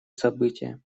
событие